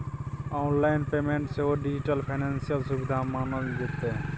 online payment सेहो digital financial सुविधा मानल जेतै